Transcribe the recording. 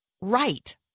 right